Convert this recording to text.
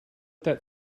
that